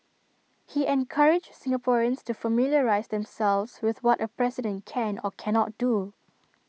he encouraged Singaporeans to familiarise themselves with what A president can or cannot do